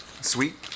Sweet